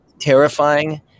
terrifying